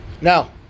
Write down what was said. Now